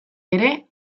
ere